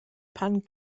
pan